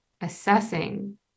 assessing